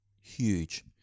huge